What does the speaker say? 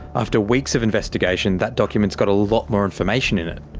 after weeks of investigation, that document's got a lot more information in it.